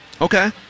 Okay